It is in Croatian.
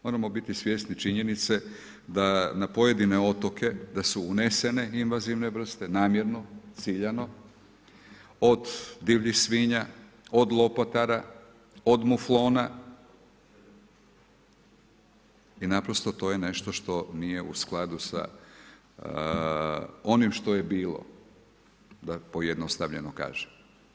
Moramo biti svjesni činjenice da na pojedine otoke, da su unesene invazivne vrste, namjerno, ciljano, od divljih svinja, od lopotara, od muflona jer naprosto to je nešto što nije u skladu sa onim što je bilo da pojednostavljeno kažem.